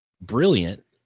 brilliant